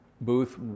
Booth